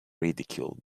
ridiculed